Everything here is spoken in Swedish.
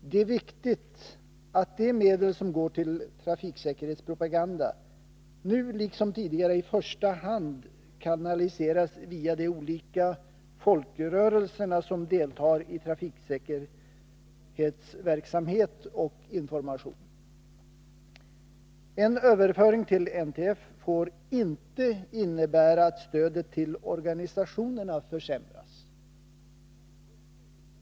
Det är viktigt att de medel som går till trafiksäkerhetspropaganda nu liksom tidigare i första hand kanaliseras via de olika folkrörelser som deltar i trafiksäkerhetsverksamhet och information. En överföring till NTF får inte innebära att stödet till organisationerna försämras.